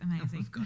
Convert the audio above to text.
amazing